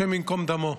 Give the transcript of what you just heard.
השם ייקום דמו.